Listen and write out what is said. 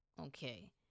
Okay